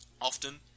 often